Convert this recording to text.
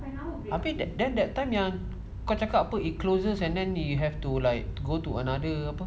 habis then then that time yang kau cakap it closes and then you have to like go to another apa